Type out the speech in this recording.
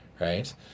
right